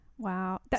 Wow